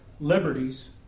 liberties